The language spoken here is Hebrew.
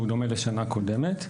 שהוא דומה לשנה קודמת.